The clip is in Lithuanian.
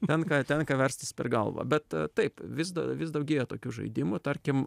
tenka tenka verstis per galvą bet taip vis da vis daugėja tokių žaidimų tarkim